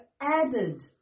added